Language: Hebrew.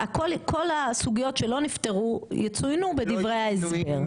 כל הסוגיות שלא נפתרו יצוינו בדברי ההסבר.